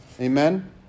Amen